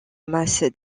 masse